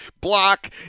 Block